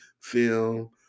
film